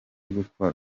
gukora